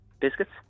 Biscuits